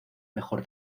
mejor